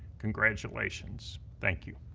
congratulations. thank you.